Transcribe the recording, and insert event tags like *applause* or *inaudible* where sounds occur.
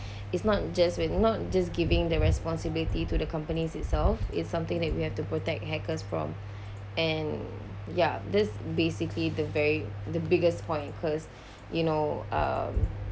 *breath* it's not just with not just giving the responsibility to the company's itself it's something that we have to protect hackers from and ya this basically the very the biggest point cause you know um